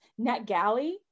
NetGalley